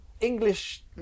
English